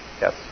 Yes